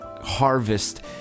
harvest